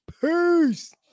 Peace